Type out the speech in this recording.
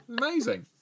amazing